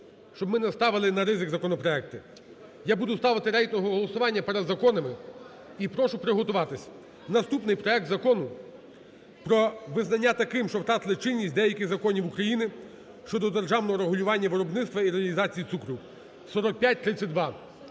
щоб ми не ставили на ризик законопроекти. Я буду ставити рейтингове голосування перед законами і прошу приготуватись. Наступний проект Закону про визнання такими, що втратили чинність, деяких законів України щодо державного регулювання виробництва і реалізації цукру (4532).